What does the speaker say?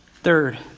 Third